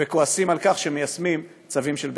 וכועסים על כך שמיישמים צווים של בית-משפט.